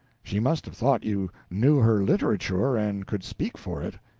she must have thought you knew her literature and could speak for it.